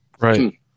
right